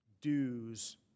dues